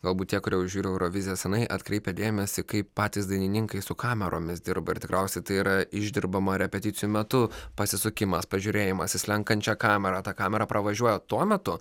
galbūt tie kurie jau žiūri euroviziją senai atkreipia dėmesį kaip patys dainininkai su kameromis dirba ir tikriausiai tai yra išdirbama repeticijų metu pasisukimas pažiūrėjimas į slenkančią kamerą ta kamera pravažiuoja tuo metu